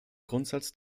grundsatz